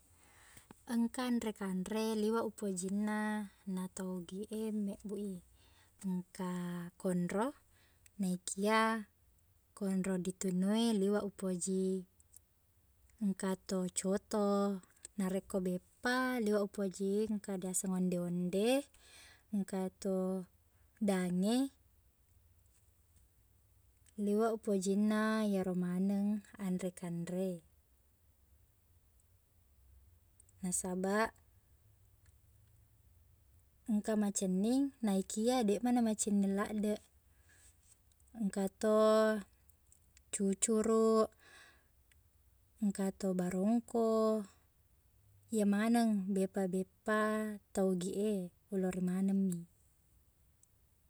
Engka anre-kanre liweq upojinna natau Ogiq e mebbu i. Engka konro, naikia konro litunuwe liweq upoji. Engkato coto. Narekko beppa liweq upojiye, engka diaseng onde-onde, engkato dange. Liweq upojinna iyaro maneng anre-kanre. Nasabaq, engka macenning naikia deqmana macenning laddeq. Engkato cucuruq, engkato barongko, iye maneng beppa-beppa tau Ogiq e ulori manemmi.